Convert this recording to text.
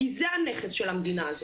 כי זה הנכס של המדינה הזאת.